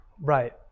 Right